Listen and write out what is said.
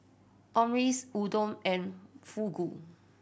Omurice Udon and Fugu